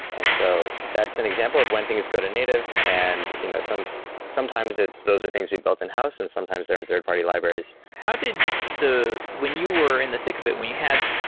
and so that's an example of when things good and native and you know some sometimes, it's those are things we've built in-house and sometimes they're in third-party libraries how did the when you were in the thick of it, when you had,